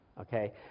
okay